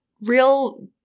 real